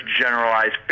generalized